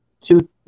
two